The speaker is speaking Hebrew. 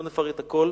לא נפרט הכול: